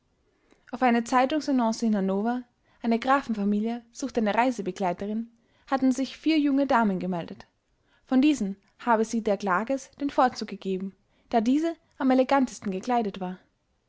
auf eine zeitungsannonce in hannover eine grafenfamilie sucht eine reisebegleiterin hatten sich vier junge damen gemeldet von diesen habe sie der klages den vorzug gegeben da diese am elegantesten gekleidet war